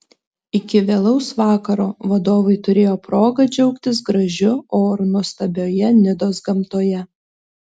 iki vėlaus vakaro vadovai turėjo progą džiaugtis gražiu oru nuostabioje nidos gamtoje